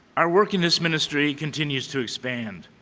our work in this ministry continues to expand.